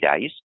days